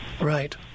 Right